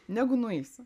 negu nueisi